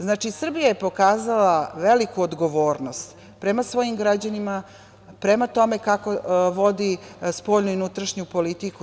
Znači, Srbija je pokazala veliku odgovornost prema svojim građanima, prema tome kako vodi spoljnu i unutrašnju politiku.